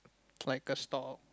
like a stall